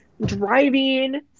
driving